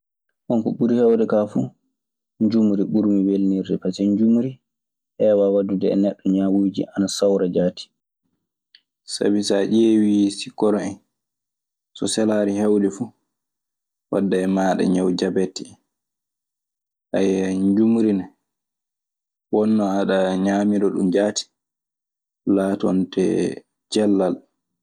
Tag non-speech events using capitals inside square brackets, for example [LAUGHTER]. Bon, ko ɓuri heeɗde kaa fuu, njuumri ɓurmi welnirde pasee njuumri heewaa waddude e neɗɗo ñawuuji. Ana sawra jaati. Sabi so a ƴeewii sikkoro en. So selaani heewde fuu, waddan e maaɗa ñaw jabetti. [HESITATION] ñumri ne, won no aɗa ñaamira ɗun jaati laatante cellal.